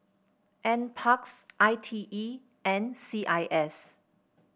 N parks I T E and C I S